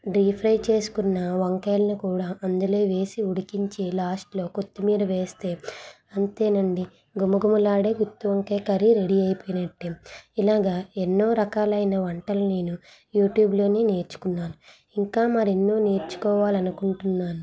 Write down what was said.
D fry చేసుకున్న వంకాయలని కూడా అందులో వేసి ఉడికించి లాస్ట్లో కొత్తిమీర వేస్తే అంతేనండి ఘుమఘుమలాడే గుత్తి వంకాయ కర్రీ రెడీ అయిపోయినట్టే ఇలాగ ఎన్నో రకాలైన వంటలు నేను యూట్యూబ్లోనే నేర్చుకున్నాను ఇంకా మరెన్నో నేర్చుకోవాలి అనుకుంటున్నాను